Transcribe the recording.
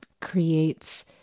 creates